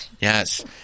yes